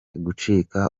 gucika